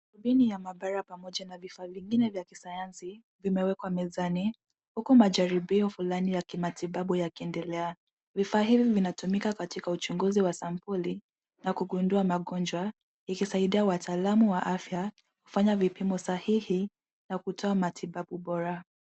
Darubini ya maabara pamoja na vifaa vingine vya kisayansi vimewekwa mezani huku majaribio fulani ya kimatibabu yakiendelea. Vifaa hivi vinatumika katika uchunguzi wa sampuli na kugundua magonjwa, ikisaidia wataalamu wa afya kufanya vipimo sahihi na kutoa matibabu bora.